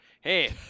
hey